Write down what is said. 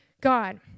God